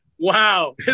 Wow